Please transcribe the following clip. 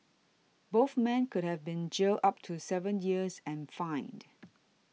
both men could have been jailed up to seven years and fined